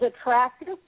attractive